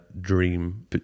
dream